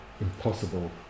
impossible